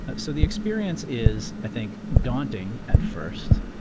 so the experience is i think daunting at first,